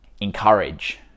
encourage